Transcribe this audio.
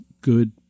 good